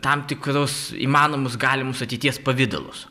tam tikrus įmanomus galimus ateities pavidalus